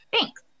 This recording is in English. Thanks